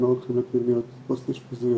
הם לא הולכים לפנימיות פוסט אשפוזיות.